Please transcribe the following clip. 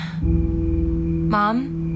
Mom